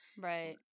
Right